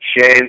Shane